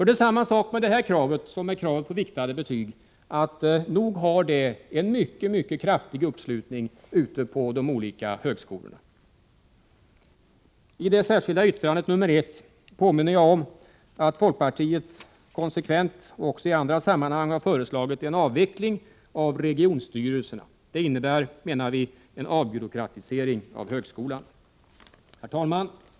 Det är samma sak med det här kravet som med kravet på riktade betyg — nog har det ett mycket kraftigt stöd ute på de olika högskolorna! I det särskilda yttrandet nr 1 påminner jag om att folkpartiet konsekvent och även i andra sammanhang har föreslagit en avveckling av regionstyrelserna. Det innebär, menar vi, en avbyråkratisering av högskolan. Herr talman!